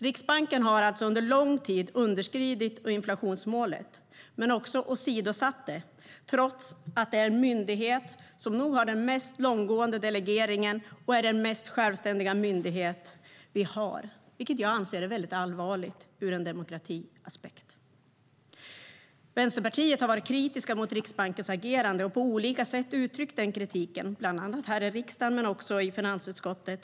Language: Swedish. Riksbanken har alltså, under lång tid, underskridit inflationsmålet men också åsidosatt det, trots att Riksbanken är den myndighet som nog har den mest långtgående delegeringen och är den mest självständiga myndigheten vi har. Det är allvarligt, ur en demokratiaspekt. Vänsterpartiet har varit kritiskt mot riksbankens agerande och har på olika sätt uttryckt den kritiken, bland annat här i riksdagen men också i finansutskottet.